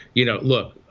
you know, look,